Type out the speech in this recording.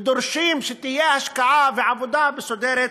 ודורשים שתהיה השקעה ועבודה מסודרת